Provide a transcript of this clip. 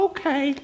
Okay